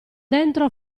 dentro